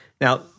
Now